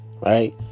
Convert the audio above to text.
right